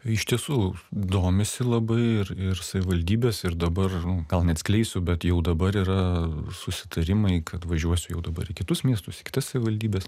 iš tiesų domisi labai ir ir savivaldybės ir dabar gal neatskleisiu bet jau dabar yra susitarimai kad važiuosiu jau dabar į kitus miestus į kitas savivaldybes